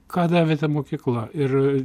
ką davė ta mokykla ir